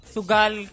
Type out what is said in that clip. Sugal